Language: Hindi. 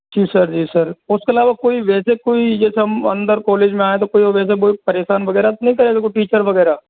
जी सर जी सर उसके अलावा कोई वैसे कोई जैसे हम अंदर कॉलेज में आएं वैसे कोई परेशान वगैरह तो नही करेगा कोई टीचर वगैरह